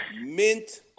mint